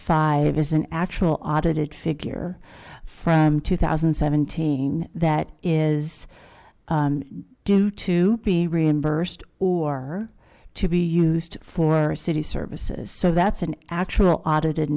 five is an actual audited figure from two thousand and seventeen that is due to be reimbursed or to be used for city services so that's an actual audited